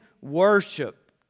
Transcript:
worship